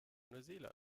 neuseeland